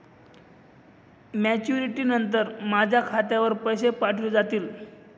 Maturity नंतर माझ्या खात्यावर पैसे पाठविले जातील?